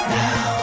now